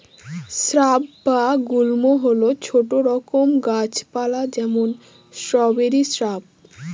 shrub বা গুল্ম হল ছোট রকম গাছ পালা যেমন স্ট্রবেরি শ্রাব